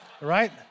Right